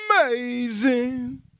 Amazing